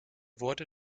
wurde